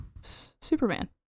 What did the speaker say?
Superman